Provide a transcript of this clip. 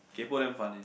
kaypoh damn fun eh